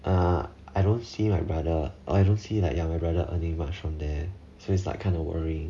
uh I don't see my brother or I don't see that my brother earning much from there so it's like kind of worrying